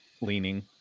leaning